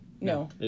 No